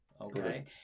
Okay